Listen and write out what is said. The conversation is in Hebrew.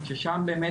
ששם באמת,